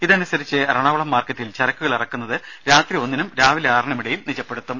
ഇതനുസരിച്ച് എറണാകുളം മാർക്കറ്റിൽ ചരക്കുകൾ ഇറക്കുന്നത് രാത്രി ഒന്നിനും രാവിലെ ആറിനും ഇടയിൽ നിജപ്പെടുത്തും